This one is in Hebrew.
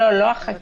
לא, לא החקירה.